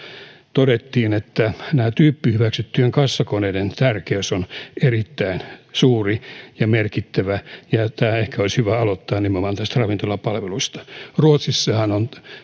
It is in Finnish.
todettiin että tyyppihyväksyttyjen kassakoneiden tärkeys on erittäin suuri ja merkittävä ja nämä ehkä olisi hyvä aloittaa nimenomaan ravintolapalveluista ruotsissahan on